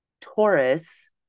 Taurus